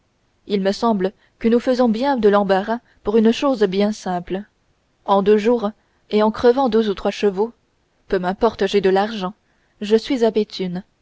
il me semble que nous faisons bien de l'embarras pour une chose bien simple en deux jours et en crevant deux ou trois chevaux peu m'importe j'ai de l'argent je suis à béthune